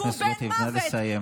חברת הכנסת גוטליב, נא לסיים.